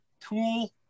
tool